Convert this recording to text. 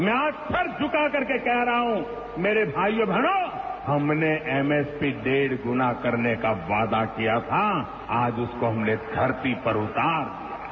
मैं आज सर झुकाकर कह रहा हूं मेरे भाईयों और बहनों हमने एमएसपी डेढ़ गुणा करने का वादा किया था आज उसको हमने धरती पर उतार दिया है